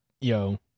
Yo